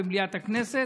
במליאת הכנסת,